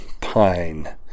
pine